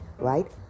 right